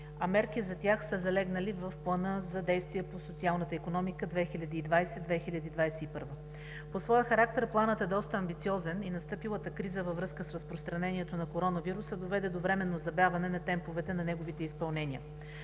а мерки за тях са залегнали в Плана за действие по социалната икономика 2020 – 2021 г. По своя характер планът е доста амбициозен и настъпилата криза във връзка с разпространението на коронавируса доведе до временно забавяне на темповете на неговите изпълнения.